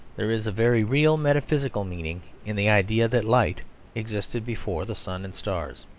there is a very real metaphysical meaning in the idea that light existed before the sun and stars.